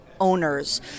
owners